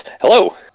Hello